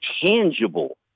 tangible